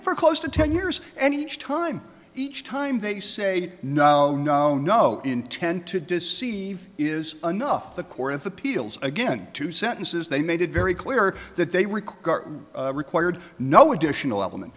for close to ten years and each time each time they say no no no intent to deceive is enough the court of appeals again two sentences they made it very clear that they require required no additional element